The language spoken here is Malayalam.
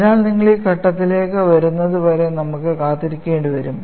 അതിനാൽ നിങ്ങൾ ആ ഘട്ടത്തിലേക്ക് വരുന്നതുവരെ നമുക്ക് കാത്തിരിക്കേണ്ടി വരും